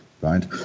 right